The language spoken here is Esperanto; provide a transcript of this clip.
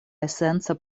esenca